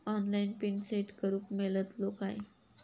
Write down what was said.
Online PIN set करूक मेलतलो काय?